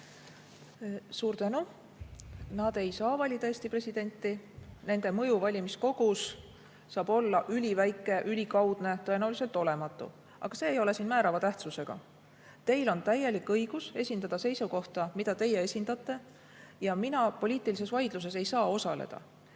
Suur tänu! Nad ei saa valida presidenti. Nende mõju valimiskogus saab olla üliväike, ülikaudne, tõenäoliselt olematu. Aga see ei ole siin määrava tähtsusega. Teil on täielik õigus esindada seisukohta, mida teie esindate, ja mina poliitilises vaidluses ei saa osaleda.